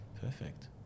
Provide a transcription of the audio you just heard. Perfect